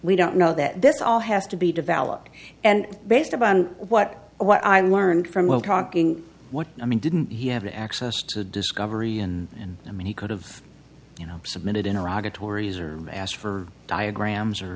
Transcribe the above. we don't know that this all has to be developed and based upon what what i learned from well talking what i mean didn't he have the access to discovery in i mean he could have you know submitted in iraq the tories are asked for diagrams or